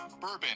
bourbon